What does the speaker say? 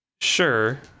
sure